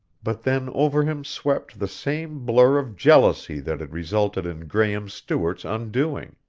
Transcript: but then over him swept the same blur of jealousy that had resulted in graehme stewart's undoing.